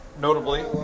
Notably